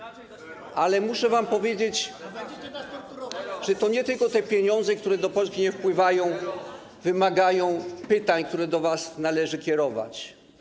Ale muszę wam powiedzieć, że to nie tylko te pieniądze, które do Polski nie wpływają, wymagają pytań, które do was należy kierować.